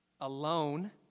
alone